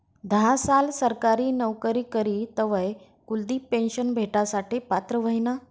धा साल सरकारी नवकरी करी तवय कुलदिप पेन्शन भेटासाठे पात्र व्हयना